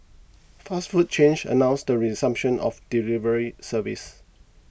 fast food chains announced the resumption of delivery services